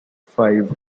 five